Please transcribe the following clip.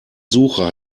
suche